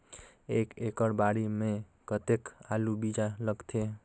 एक एकड़ बाड़ी मे कतेक आलू बीजा लगथे?